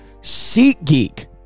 SeatGeek